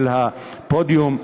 אל הפודיום,